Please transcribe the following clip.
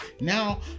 now